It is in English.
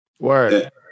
Word